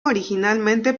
originalmente